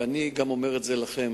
ואני גם אומר את זה לכם,